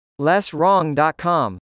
LessWrong.com